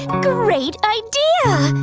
great idea!